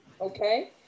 Okay